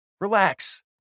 Relax